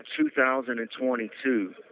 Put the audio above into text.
2022